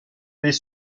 pet